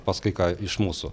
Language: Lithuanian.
pas kai ką iš mūsų